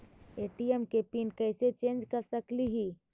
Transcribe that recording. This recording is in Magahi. ए.टी.एम के पिन कैसे चेंज कर सकली ही?